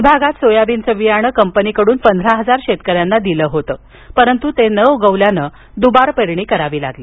विभागात सोयाबीनचे बियाणे कंपनीकडून पंधरा हजार शेतकऱ्यांना दिले होते परंतु ते न उगवल्याने दुबार पेरणी करावी लागली